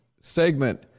segment